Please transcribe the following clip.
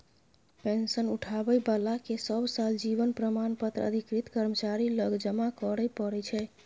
pension उठाबै बलाकेँ सब साल जीबन प्रमाण पत्र अधिकृत कर्मचारी लग जमा करय परय छै